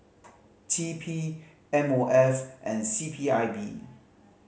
T P M O F and C P I B